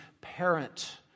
parent